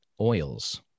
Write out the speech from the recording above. oils